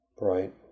right